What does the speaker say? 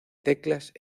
teclas